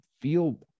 feel